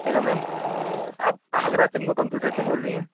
hello ma'am آپ Agra Shambhu computer سے بول رہی ہیں